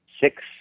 six